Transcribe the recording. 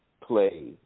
play